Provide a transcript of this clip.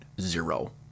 zero